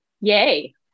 Yay